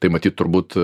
tai matyt turbūt